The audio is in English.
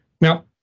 Now